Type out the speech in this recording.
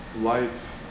life